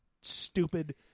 stupid